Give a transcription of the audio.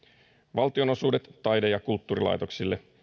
valtionosuudet taide ja kulttuurilaitoksille